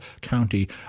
county